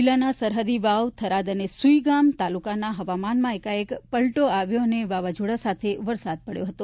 જિલ્લાના સરહદી વાવ થરાદ અને સુઇગામ તાલુકામાં હવામાનમાં એકાએક પલટો આવ્યો અને વાવાઝોડા સાથે વરસાદ પડ્યો હતો